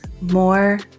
more